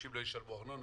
אנשים לא ישלמו ארנונה,